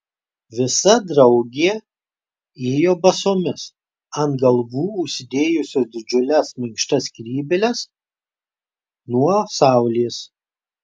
visa draugė ėjo basomis ant galvų užsidėjusios didžiules minkštas skrybėles nuo saulės